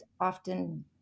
often